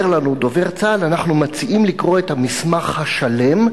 אומר לנו דובר צה"ל: אנחנו מציעים לקרוא את המסמך השלם,